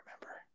remember